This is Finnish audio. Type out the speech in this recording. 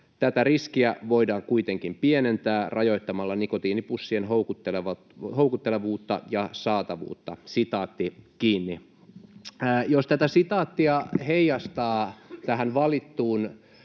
Tätä riskiä voidaan kuitenkin pienentää rajoittamalla nikotiinipussien houkuttelevuutta ja saatavuutta.” Jos tätä sitaattia heijastaa tähän valittuun